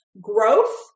Growth